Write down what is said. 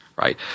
right